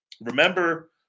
remember